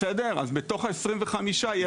בתוך ה-25 יש גם כאלה.